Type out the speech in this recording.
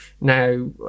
now